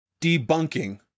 debunking